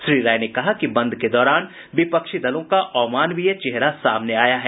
श्री राय ने कहा कि बंद के दौरान विपक्षी दलों का अमानवीय चेहरा सामने आया है